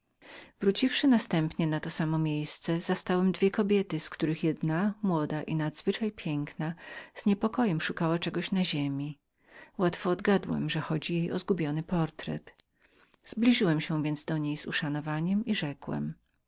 wróciwszy następnie na to samo miejsce zastałem dwie kobiety z których jedna młoda i nadzwyczaj piękna cała zafrasowana z wielką bacznością szukała czegoś na ziemi z łatwością odgadłem że chodziło jej o zgubiony portret zbliżyłem się więc do niej z uszanowaniem i rzekłem